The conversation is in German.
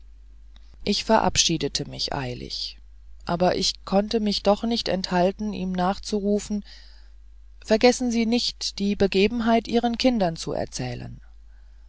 ich verabschiedete mich eilig aber ich konnte mich doch nicht enthalten ihm nachzurufen vergessen sie nicht die begebenheit ihren kindern zu erzählen